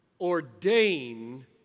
ordain